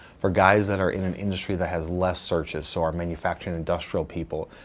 for guys that are in an industry that has less searches, so our manufacturing industrial people,